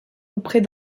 auprès